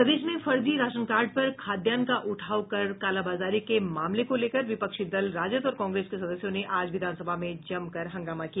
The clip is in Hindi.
प्रदेश में फर्जी राशन कार्ड पर खाद्यान्न का उठाव कर कालाबाजारी के मामले को लेकर विपक्षी दल राजद और कांग्रेस के सदस्यों ने आज विधानसभा में जमकर हंगामा किया